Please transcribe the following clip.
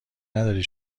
نداری